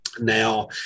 Now